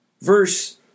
verse